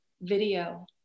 video